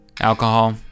alcohol